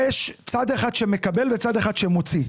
יש צד אחד שמקבל וצד אחד שמוציא,